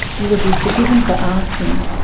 you would be forgiven for asking,